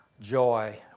joy